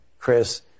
Chris